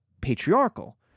patriarchal